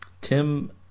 Tim